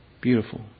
Beautiful